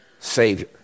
Savior